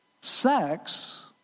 Sex